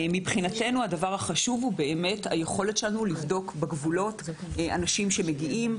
הדבר החשוב הוא היכולת שלנו לבדוק בגבולות אנשים שמגיעים,